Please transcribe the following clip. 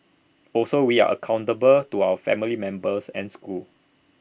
also we are accountable to our family members and school